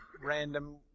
random